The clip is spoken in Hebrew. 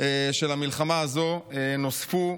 של המלחמה הזו נוספו,